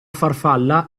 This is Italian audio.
farfalla